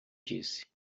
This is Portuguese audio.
disse